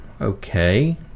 okay